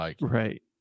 Right